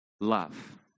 love